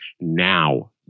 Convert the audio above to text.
Now